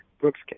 Brooks